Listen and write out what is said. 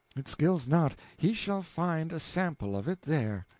it skills not, he shall find a sample of it there.